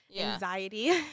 anxiety